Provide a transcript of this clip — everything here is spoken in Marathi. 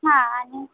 हां आणि